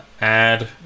Add